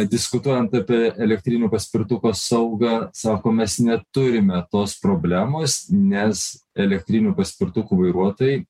diskutuojant apie elektrinių paspirtukų saugą sako mes neturime tos problemos nes elektrinių paspirtukų vairuotojai